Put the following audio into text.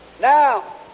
Now